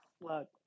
look